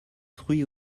fruits